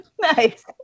Nice